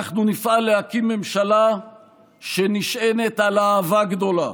אנחנו נפעל להקים ממשלה שנשענת על אהבה גדולה,